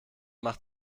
macht